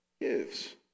gives